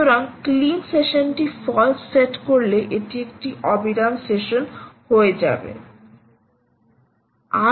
সুতরাং ক্লিন সেশনটি false set করলে এটি একটি অবিরাম সেশন হয়ে যাবে